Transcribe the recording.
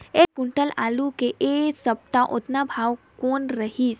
एक क्विंटल आलू के ऐ सप्ता औसतन भाव कौन रहिस?